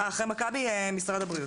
ממכבי שירותי בריאות.